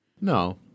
No